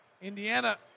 Indiana